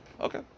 Okay